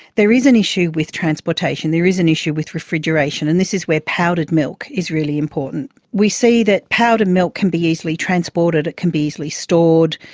there is an issue with transportation and there is an issue with refrigeration, and this is where powdered milk is really important. we see that powdered milk can be easily transported, it can be easily stored,